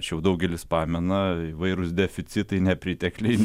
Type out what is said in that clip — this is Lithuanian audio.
čia jau daugelis pamena įvairūs deficitai nepritekliai